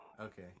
Okay